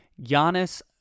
Giannis